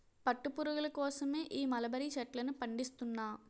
పట్టు పురుగుల కోసమే ఈ మలబరీ చెట్లను పండిస్తున్నా